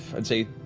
i'd say,